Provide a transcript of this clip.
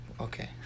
Okay